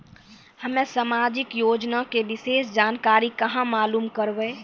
हम्मे समाजिक योजना के विशेष जानकारी कहाँ मालूम करबै?